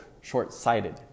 short-sighted